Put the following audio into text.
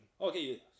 Okay